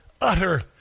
utter